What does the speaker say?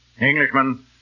Englishman